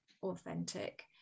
authentic